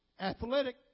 athletic